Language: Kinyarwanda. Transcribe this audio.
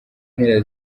mpera